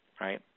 right